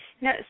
No